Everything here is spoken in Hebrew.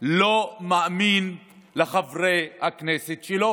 לא מאמין לחברי הכנסת שלו.